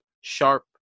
sharp